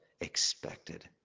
Expected